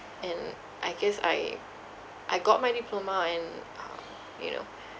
and I guess I I got my diploma and uh you know